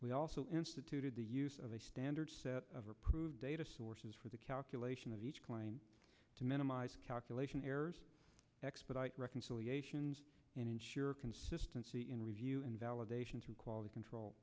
we also instituted the use of a standard set of approved data sources for the calculation of each client to minimize calculation errors but i reconciliations and ensure consistency in review invalidation to quality control